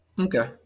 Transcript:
Okay